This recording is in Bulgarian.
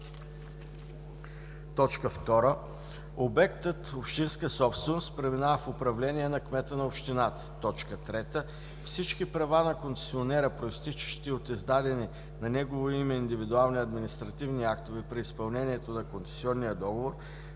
2. обектът – общинска собственост, преминава в управление на кмета на общината; 3. всички права на концесионера, произтичащи от издадени на негово име индивидуални административни актове при изпълнението на концесионния договор,